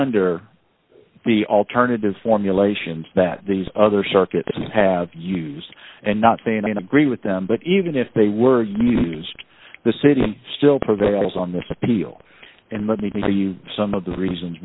under the alternative formulations that these other circuits have used and not saying agree with them but even if they were used the city still prevails on this appeal and let me show you some of the reasons